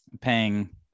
paying